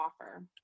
offer